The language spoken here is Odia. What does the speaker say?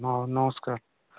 ହଁ ନମସ୍କାର